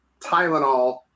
Tylenol